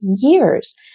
years